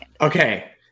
Okay